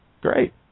great